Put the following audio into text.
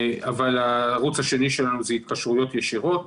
הערוץ שלנו הוא התקשרויות ישירות.